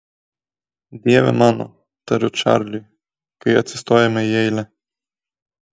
dieve mano tariu čarliui kai atsistojame į eilę